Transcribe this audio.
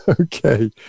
Okay